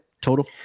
total